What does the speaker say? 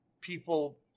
people